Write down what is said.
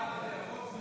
ההצעה